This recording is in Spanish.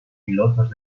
pilotos